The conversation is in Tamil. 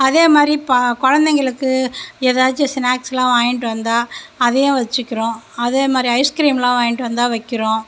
அதே மாதிரி இப்போ குழந்தைங்களுக்கு ஏதாச்சும் ஸ்நேக்ஸ்லாம் வாங்கிகிட்டு வந்தால் அதையும் வச்சுக்கிறோம் அதே மாதிரி ஐஸ்கிரீம்லாம் வாங்கிகிட்டு வந்தால் வைக்கிறோம்